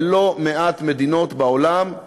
בלא מעט מדינות בעולם,